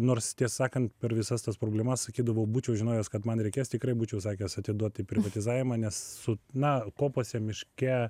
nors tiesą sakant per visas tas problemas sakydavau būčiau žinojęs kad man reikės tikrai būčiau sakęs atiduot į privatizavimą nes su na kopose miške